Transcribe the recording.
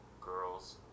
Girls